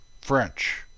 French